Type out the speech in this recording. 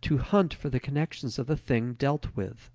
to hunt for the connections of the thing dealt with.